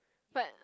but